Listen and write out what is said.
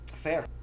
fair